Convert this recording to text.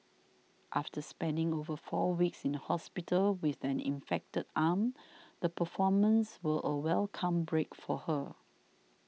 after spending over four weeks in the hospital with an infected arm the performances were a welcome break for her